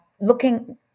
looking